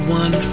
one